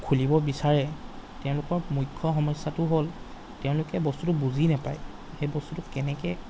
খুলিব বিচাৰে তেওঁলোকৰ মুখ্য সমস্যাটো হ'ল তেওঁলোকে বস্তুটো বুজি নাপায় সেই বস্তুটো কেনেকৈ